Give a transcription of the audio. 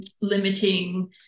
limiting